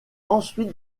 ensuite